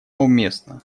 уместно